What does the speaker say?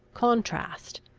contrast,